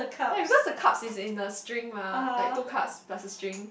like because the cups it's in the string lah like two cup plus a string